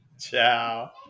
Ciao